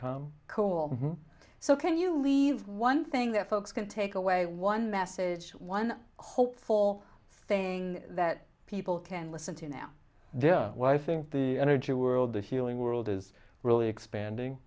com cool so can you leave one thing that folks can take away one message one hopeful thing that people can listen to now they know what i think the energy world the healing world is really expanding